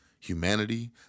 humanity